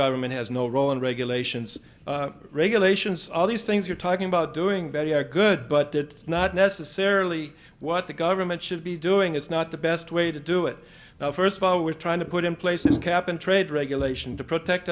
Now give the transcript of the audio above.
government has no role in regulations regulations all these things you're talking about doing very good but that not necessarily what the government should be doing it's not the best way to do it now first of all we're trying to put in place this cap and trade regulation to protect